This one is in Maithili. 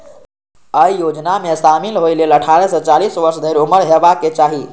अय योजना मे शामिल होइ लेल अट्ठारह सं चालीस वर्ष धरि उम्र हेबाक चाही